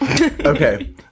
Okay